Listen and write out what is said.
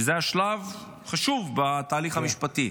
שזה שלב חשוב בתהליך המשפטי.